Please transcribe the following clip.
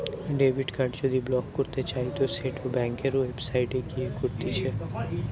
debit card যদি block করতে চাইতো সেটো ব্যাংকের ওয়েবসাইটে গিয়ে করতিছে